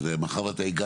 לנושא הזה לפי דעתי בנוסח.